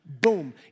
Boom